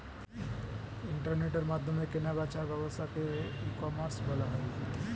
ইন্টারনেটের মাধ্যমে কেনা বেচার ব্যবসাকে ই কমার্স বলা হয়